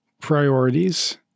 priorities